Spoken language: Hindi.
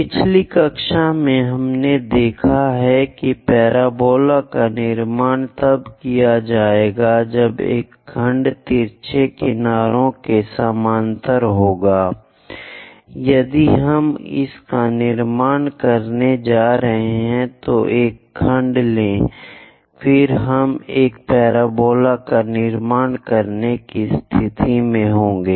पिछली कक्षाओं में हमने देखा है कि पैराबोला का निर्माण तब किया जाएगा जब एक खंड तिरछा किनारों के समानांतर होगा यदि हम इसका निर्माण करने जा रहे हैं तो एक खंड लें फिर हम एक पैराबोला के निर्माण की स्थिति में होंगे